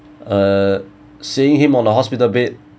uh seeing him on a hospital bed